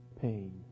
pain